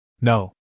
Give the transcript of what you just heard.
No